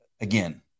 again